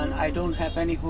i don't have any home.